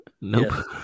Nope